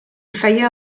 feia